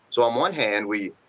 so, um one hand we